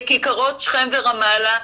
בכיכרות שכם ורמאללה,